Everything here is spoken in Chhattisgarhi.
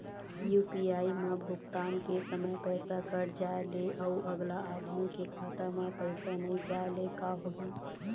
यू.पी.आई म भुगतान के समय पैसा कट जाय ले, अउ अगला आदमी के खाता म पैसा नई जाय ले का होही?